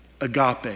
agape